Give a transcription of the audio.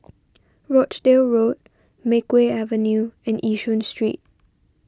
Rochdale Road Makeway Avenue and Yishun Street